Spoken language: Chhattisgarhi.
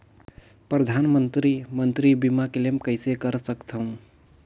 परधानमंतरी मंतरी बीमा क्लेम कइसे कर सकथव?